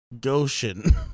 goshen